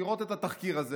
לראות את התחקיר הזה